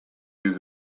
you